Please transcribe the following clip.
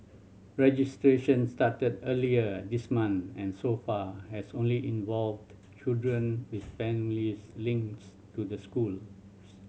registration started earlier this month and so far has only involved children with families links to the schools